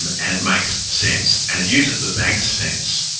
and and it makes sense. and it uses the bank's sense,